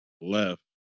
left